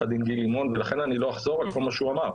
דין גיל לימון ולכן אני לא אחזור על כל מה שהוא אמר.